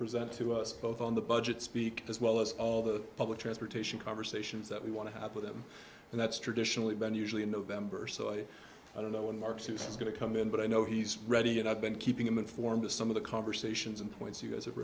present to us both on the budget speak as well as all the public transportation conversations that we want to have with them and that's traditionally been usually in november so i don't know when mark's use is going to come in but i know he's ready and i've been keeping them informed of some of the conversations and points you guys have